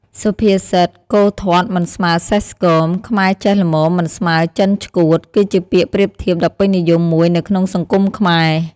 សុភាសិត "គោធាត់មិនស្មើសេះស្គម ខ្មែរចេះល្មមមិនស្មើចិនឆ្កួត" គឺជាពាក្យប្រៀបធៀបដ៏ពេញនិយមមួយនៅក្នុងសង្គមខ្មែរ។